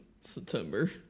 September